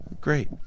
Great